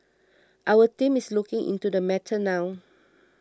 our team is looking into the matter now